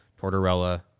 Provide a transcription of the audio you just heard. Tortorella